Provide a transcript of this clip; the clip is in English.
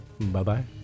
Bye-bye